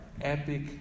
epic